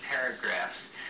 paragraphs